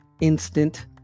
instant